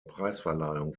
preisverleihung